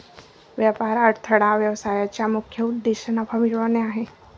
व्यापार अडथळा व्यवसायाचा मुख्य उद्देश नफा मिळवणे आहे